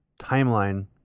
timeline